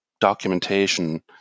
documentation